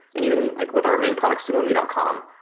and even and like with our main product sumome yeah dot com,